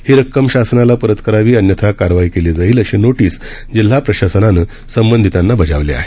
ही रक्कम शासनाला परत करावी अन्यथा कारवाई केली जाईल अशी नोटीस जिल्हा प्रशासनानं संबंधीतांना बजावली आहे